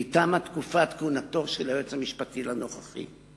כי תמה תקופת כהונתו של היועץ המשפטי הנוכחי.